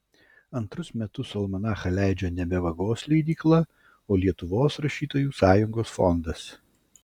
antrus metus almanachą leidžia nebe vagos leidykla o lietuvos rašytojų sąjungos fondas